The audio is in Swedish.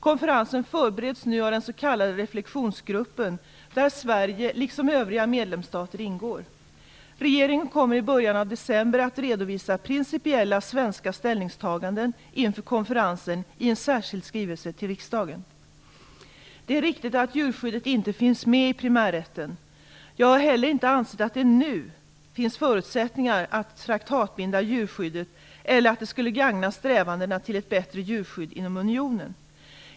Konferensen förbereds nu av den s.k. reflexionsgruppen, där Sverige liksom övriga medlemsstater ingår. Regeringen kommer i början av december att redovisa principiella svenska ställningstaganden inför konferensen i en särskild skrivelse till riksdagen. Det är riktigt att djurskyddet inte finns med i primärrätten. Jag har heller inte ansett att det nu finns förutsättningar att traktatbinda djurskyddet eller att det skulle gagna strävandena mot ett bättre djurskydd inom unionen.